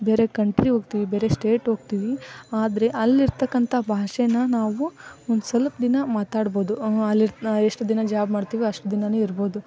ಬೇರೆ ಕಂಟ್ರಿ ಹೋಗ್ತೀವ್ ಬೇರೆ ಸ್ಟೇಟ್ ಹೋಗ್ತೀವಿ ಆದರೆ ಅಲ್ಲಿರತಕ್ಕಂಥ ಭಾಷೇನ್ನ ನಾವು ಒಂದು ಸ್ವಲ್ಪ ದಿನ ಮಾತಾಡ್ಬೋದು ಅಲ್ಲಿ ಎಷ್ಟು ದಿನ ಜಾಬ್ ಮಾಡ್ತೀವಿ ಅಷ್ಟು ದಿನನೂ ಇರ್ಬೋದು